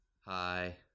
Hi